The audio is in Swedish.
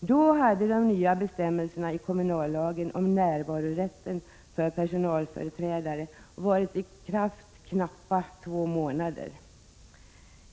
Då hade de nya bestämmelserna i kommunallagen om närvarorätt för personalföreträdare varit i kraft under knappa två månader.